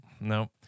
No